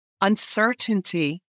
uncertainty